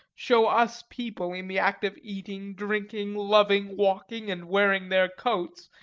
show us people in the act of eating, drinking, loving, walking, and wearing their coats,